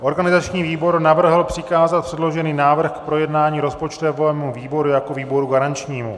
Organizační výbor navrhl přikázat předložený návrh k projednání rozpočtovému výboru jako výboru garančnímu.